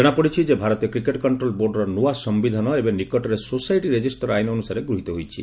ଜଣାପଡ଼ିଛି ଯେ ଭାରତୀୟ କ୍ରିକେଟ୍ କଷ୍ଟ୍ରୋଲ୍ ବୋର୍ଡର ନୂଆ ସମ୍ଭିଧାନ ଏବେ ନିକଟରେ ସୋସାଇଟି ରେଜିଷ୍ଟର୍ ଆଇନ୍ ଅନୁସାରେ ଗୃହୀତ ହୋଇଛି